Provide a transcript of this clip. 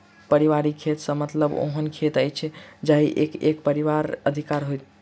पारिवारिक खेत सॅ मतलब ओहन खेत अछि जाहि पर एक परिवारक अधिकार होय